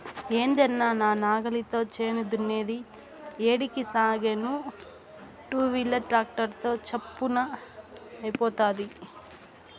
ఏందన్నా నా నాగలితో చేను దున్నేది ఏడికి సాగేను టూవీలర్ ట్రాక్టర్ తో చప్పున అయిపోతాది